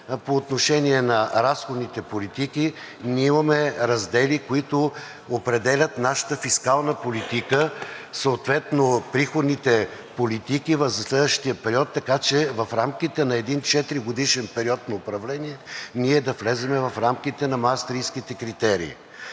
по отношение на разходните политики, имаме раздели, които определят нашата фискална политика, съответно приходните политики за следващия период, така че в рамките на един четиригодишен период на управление ние да влезем в рамките на Маастрихтските критерии.